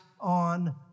on